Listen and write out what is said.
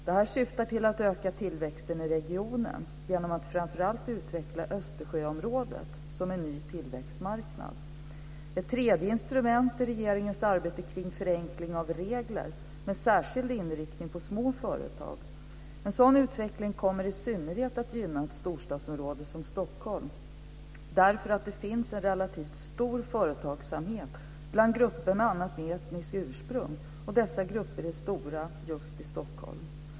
Detta syftar till att öka tillväxten i regionen genom att framför allt utveckla Östersjöområdet som en ny tillväxtmarknad. Ett tredje instrument är regeringens arbete kring förenkling av regler med särskild inriktning på små företag. En sådan utveckling kommer i synnerhet att gynna ett storstadsområde som Stockholm därför att det finns en relativt stor företagsamhet bland grupper med annat etniskt ursprung och dessa grupper är stora just i Stockholm.